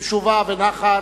במשובה ונחת,